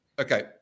Okay